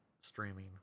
streaming